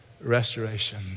restoration